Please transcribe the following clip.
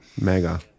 Mega